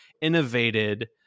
innovated